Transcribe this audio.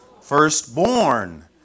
firstborn